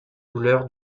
douleur